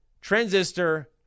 Transistor